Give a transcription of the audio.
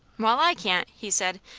well, i can't, he said.